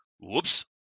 Whoops